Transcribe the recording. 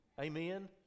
Amen